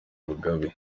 mugabe